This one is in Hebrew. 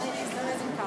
אני צריכה להזדרז, אם כך.